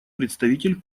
представитель